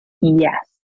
Yes